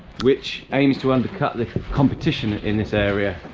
which aims to undercut the competition in this area